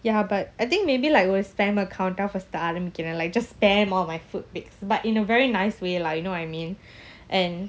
ya but I think maybe like with spam account ஆரம்பிக்கிறேன்:arambikiren like just spam all my food pics but in a very nice way lah you know what I mean and